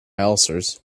ulcers